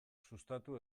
sustatu